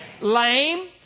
Lame